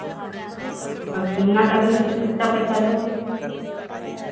और चूना करने से कितना पैसा लोगे